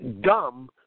dumb